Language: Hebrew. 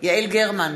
יעל גרמן,